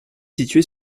situé